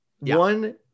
One